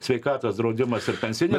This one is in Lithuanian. sveikatos draudimas ir pensinis